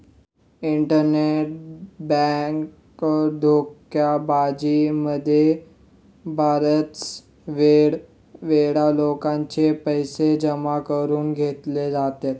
internet bank धोकेबाजी मध्ये बऱ्याच वेळा लोकांचे पैसे जमा करून घेतले जातात